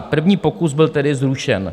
První pokus byl tedy zrušen.